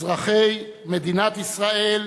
אזרחי מדינת ישראל,